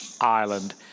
Ireland